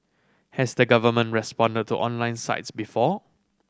has the government responded to online sites before